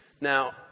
Now